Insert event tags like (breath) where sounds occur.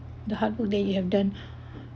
the hard work that you have done (breath)